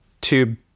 tube